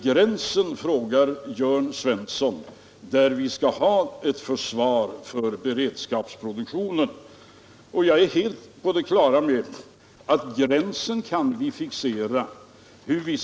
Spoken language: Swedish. Han frågade: Var går gränsen där vi skall ha ett försvar för beredskapsproduktionen? Jag är helt på det klara med att vi kan fixera gränsen.